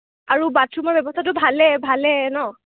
আৰু বাথৰুমৰ ব্যৱস্থাটো ভালে ভালে ন